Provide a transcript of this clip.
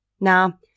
Now